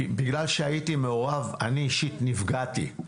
בגלל שהייתי מעורב, אני אישית נפגעתי.